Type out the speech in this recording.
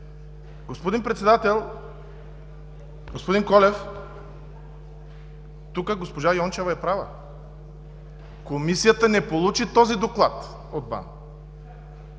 Господин Председател, господин Колев, тук госпожа Йончева е права. Комисията не получи този доклад от БАН.